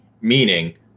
meaning